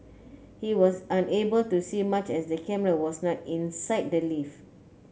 he was unable to see much as the camera was not inside the lift